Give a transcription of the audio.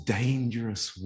dangerous